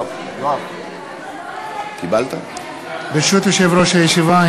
ברשות יושב-ראש הישיבה,